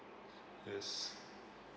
yes